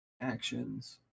Actions